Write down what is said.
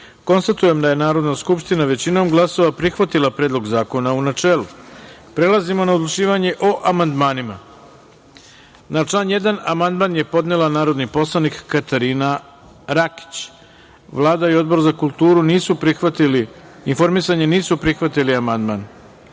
poslanika. Konstatujem da je Narodna skupština većinom glasova prihvatila Predlog zakona, u načelu. Prelazimo na odlučivanje o amandmanima. Na član 1. amandman je podnela narodni poslanik Katarina Rakić. Vlada i Odbor za kulturu i informisanje nisu prihvatili amandman. Stavljam